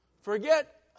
Forget